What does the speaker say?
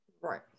Right